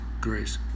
grace